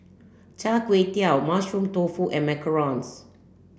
Char Kway Teow mushroom tofu and macarons